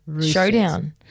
showdown